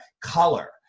color